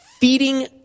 feeding